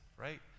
right